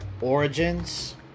origins